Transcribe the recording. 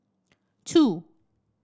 two